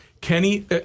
Kenny